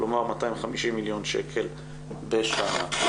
כלומר 250 מיליון שקל בשנה.